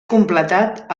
completat